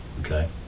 Okay